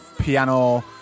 piano